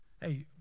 Hey